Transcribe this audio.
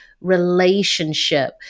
relationship